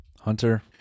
Hunter